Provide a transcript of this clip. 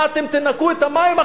מה, אתם תנקו את המים אחריהם?